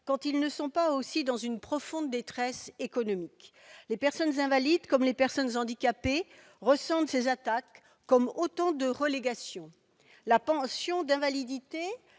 quand ils ne sont pas dans une profonde détresse économique. Les personnes invalides comme les personnes handicapées ressentent ces attaques comme autant de relégations. La pension d'invalidité,